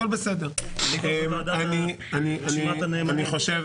לצערי בניגוד לחוק.